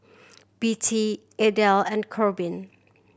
Bette Adel and Corbin